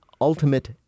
ultimate